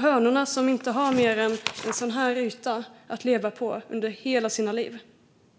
Hönorna som inte har mer än ett A4-arks yta att leva på under hela sina liv?